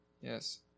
Yes